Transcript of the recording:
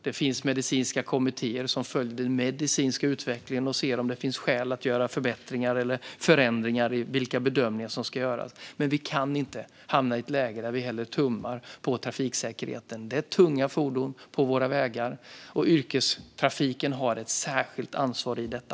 Det finns medicinska kommittéer som följer den medicinska utvecklingen och ser om det finns skäl att göra förbättringar eller förändringar i vilka bedömningar som ska göras. Men vi kan inte hamna i ett läge där vi hellre tummar på trafiksäkerheten. Det är tunga fordon på våra vägar, och yrkestrafiken har ett särskilt ansvar i detta.